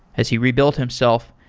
as he rebuilt himself,